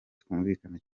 twumvikana